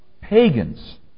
pagans